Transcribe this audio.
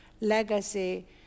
legacy